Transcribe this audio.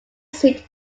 seat